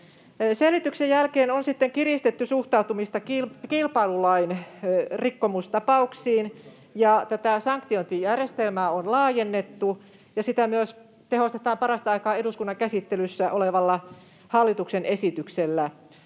Selvityksen jälkeen on sitten kiristetty suhtautumista kilpailulain rikkomustapauksiin ja tätä sanktiointijärjestelmää on laajennettu, ja sitä myös tehostetaan parasta aikaa eduskunnan käsittelyssä olevalla hallituksen esityksellä.